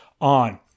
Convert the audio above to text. on